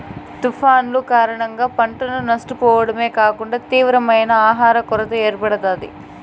తుఫానులు కారణంగా పంటను నష్టపోవడమే కాకుండా తీవ్రమైన ఆహర కొరత ఏర్పడుతాది